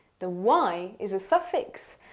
the y is a suffix.